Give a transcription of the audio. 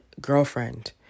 girlfriend